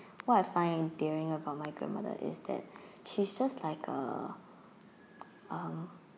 what I find endearing about my grandmother is that she's just like a uh